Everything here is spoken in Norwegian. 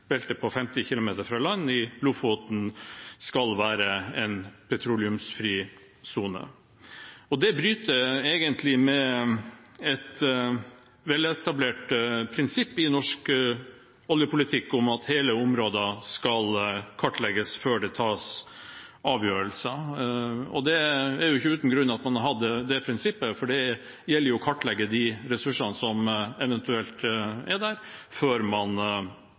belte på 50 km fra land i Lofoten skal være en petroleumsfri sone. Det bryter egentlig med et veletablert prinsipp i norsk oljepolitikk om at hele områder skal kartlegges før det tas avgjørelser. Det er ikke uten grunn at man har hatt dette prinsippet, for det gjelder å kartlegge de ressursene som eventuelt er der før man